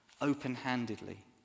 open-handedly